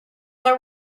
their